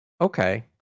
okay